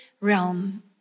realm